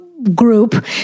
group